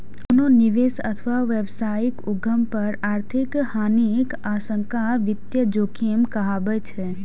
कोनो निवेश अथवा व्यावसायिक उद्यम पर आर्थिक हानिक आशंका वित्तीय जोखिम कहाबै छै